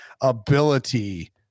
ability